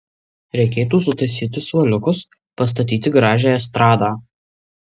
reikėtų sutaisyti suoliukus pastatyti gražią estradą